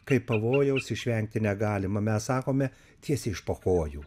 kai pavojaus išvengti negalima mes sakome tiesiai iš po kojų